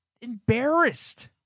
embarrassed